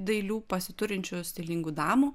dailių pasiturinčių stilingų damų